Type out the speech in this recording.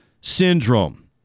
Syndrome